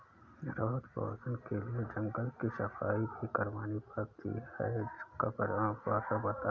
rubber उत्पादन के लिए जंगल की सफाई भी करवानी पड़ती है जिसका पर्यावरण पर असर पड़ता है